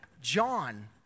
John